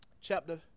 chapter